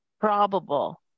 probable